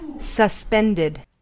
Suspended